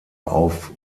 auf